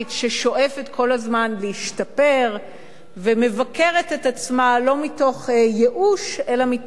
ששואפת כל הזמן להשתפר ומבקרת את עצמה לא מתוך ייאוש אלא מתוך